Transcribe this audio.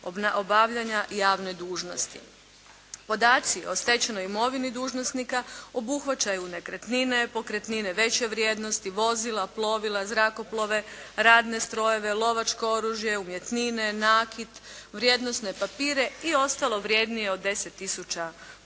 obavljanja javne dužnosti. Podaci o stečenoj imovini dužnosnika obuhvaćaju nekretnine, pokretnine veće vrijednosti, vozila, plovila, zrakoplove, radne strojeve, lovačko oružje, umjetnine, nakit, vrijednosne papire i ostalo vrednije od 10 tisuća